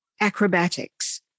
acrobatics